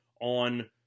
on